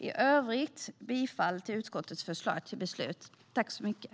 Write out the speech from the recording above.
I övrigt yrkar jag bifall till utskottets förslag till beslut i betänkandet.